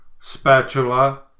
spatula